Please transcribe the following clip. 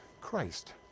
Christ